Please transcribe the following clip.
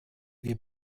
wir